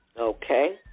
Okay